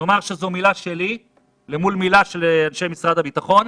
נאמר שזאת מילה שלי מול מילה של אנשי משרד הביטחון,